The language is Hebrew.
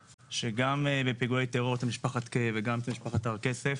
שגם בפיגועי טרור אצל משפחת קיי וגם אצל משפחת הר כסף,